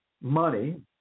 money